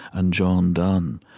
and john donne.